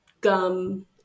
gum